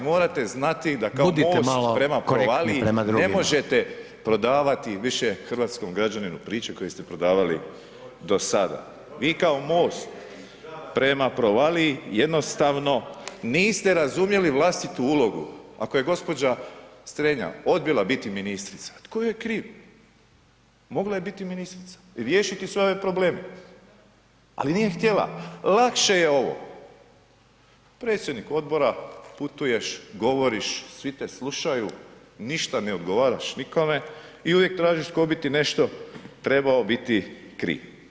i morate znati da kao MOST prema provaliji ne možete prodavati više hrvatskom građaninu priče koje ste prodavali do sada, vi kao MOST prema provaliji jednostavno niste razumjeli vlastitu ulogu, ako je gđa. Strenja odbila biti ministrica, tko joj je kriv, mogla je biti ministrica i riješiti sve ove probleme, ali nije htjela, lakše je ovo, predsjednik odbora, putuješ, govoriš, svi te slušaju, ništa ne odgovaraš nikome i uvijek tražiš tko bi ti nešto trebao biti kriv.